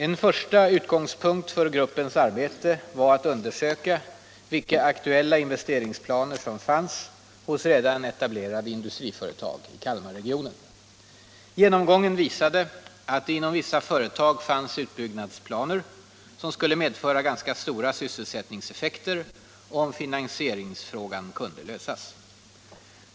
En första utgångspunkt för gruppens arbete var att undersöka vilka aktuella investeringsplaner som fanns hos redan etablerade industriföretag i Kalmarregionen. Genomgången visade att det inom vissa företag fanns utbyggnadsplaner, som skulle medföra ganska stora sysselsättningseffekter, om finansieringsfrågan kunde lösas.